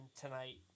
tonight